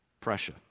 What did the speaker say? Pressure